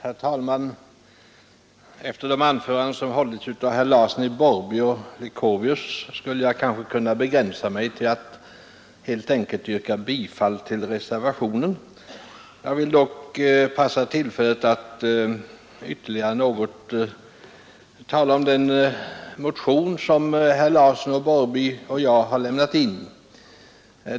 Herr talman! Efter de anföranden som hållits av herrar Larsson i Borrby och Leuchovius skulle jag kanske kunna begränsa mig till att helt enkelt yrka bifall till reservationen. Jag vill dock begagna tillfället att ytterligare tala något om den motion som herr Larsson i Borrby och jag har väckt.